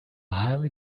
highly